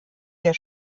der